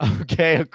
Okay